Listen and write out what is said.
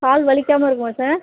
கால் வலிக்காம இருக்குமா சார்